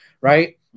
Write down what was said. Right